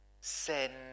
send